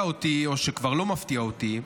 מפתיע אותי, או שכבר לא מפתיע אותי,